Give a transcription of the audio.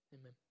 amen